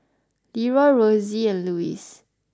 Ieroy Rosie and Luis